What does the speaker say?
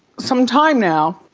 some time now,